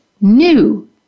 new